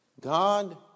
God